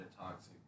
toxic